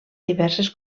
diverses